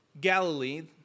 Galilee